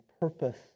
purpose